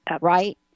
Right